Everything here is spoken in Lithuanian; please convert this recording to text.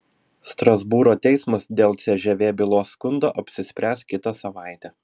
strasbūro teismas dėl cžv bylos skundo apsispręs kitą savaitę